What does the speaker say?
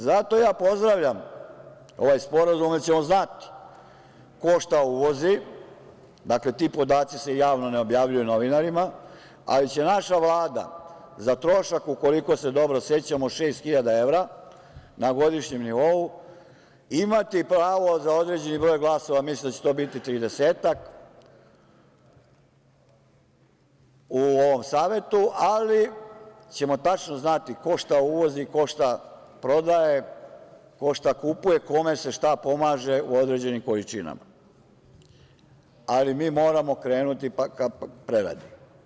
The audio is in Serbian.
Zato ja pozdravljam ovaj sporazum, jer ćemo znati ko šta uvozi, dakle, ti podaci se javno ne objavljuju novinarima, ali će naša Vlada za trošak od, ukoliko se dobro sećam, šest hiljada evra na godišnjem nivou imati pravo za određeni broj glasova, mislim da će to biti tridesetak u ovom savetu, ali ćemo tačno znati ko što uvozi, ko šta prodaje, ko šta kupuje, kome se šta pomaže u određenim količinama, ali mi moramo krenuti ka preradi.